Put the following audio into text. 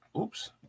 Oops